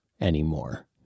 anymore